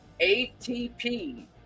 ATP